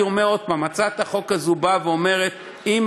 אני אומר עוד פעם: הצעת החוק הזאת באה ואומרת: אם